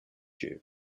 you